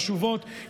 חשובות,